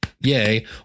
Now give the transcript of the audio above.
yay